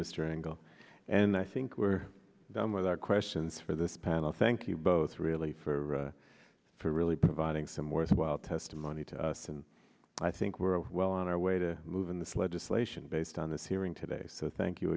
engel and i think we're done with our questions for this panel thank you both really for for really providing some worthwhile testimony to us and i think we're well on our way to move in this legislation based on this hearing today so thank you